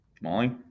Molly